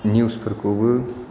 निउसफोरखौबो